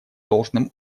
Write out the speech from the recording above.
должным